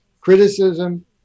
criticism